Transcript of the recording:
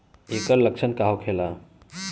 ऐकर लक्षण का होखेला?